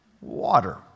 water